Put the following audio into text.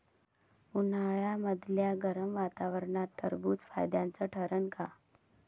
उन्हाळ्यामदल्या गरम वातावरनात टरबुज फायद्याचं ठरन का?